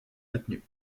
maintenu